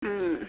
ಹ್ಞೂ